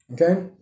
Okay